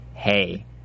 Hey